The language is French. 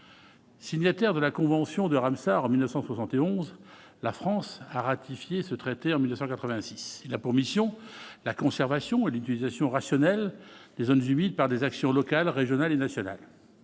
signataire de la Convention de Ramsar en 1971 la France a ratifié ce traité en 1986 il a pour mission la conservation et l'étude sur rationnelle des zones humides par des actions locales, régionales et nationales,